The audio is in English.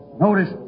Notice